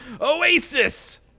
Oasis